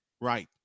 Right